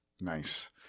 Nice